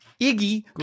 Iggy